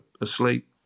asleep